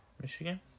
Michigan